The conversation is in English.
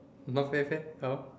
not fair meh how